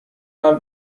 mal